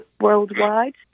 worldwide